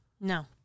No